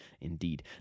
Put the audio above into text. indeed